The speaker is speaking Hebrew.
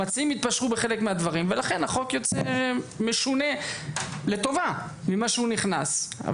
המציעים התפשרו בחלק מהדברים ולכן החוק יוצא משונה לטובה ממה שהוא נכנס,